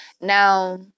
Now